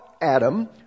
Adam